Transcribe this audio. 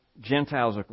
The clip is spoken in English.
Gentiles